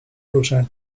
روشن